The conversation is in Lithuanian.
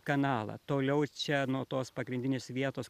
kanalą toliau čia nuo tos pagrindinės vietos